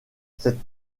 cette